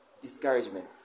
Discouragement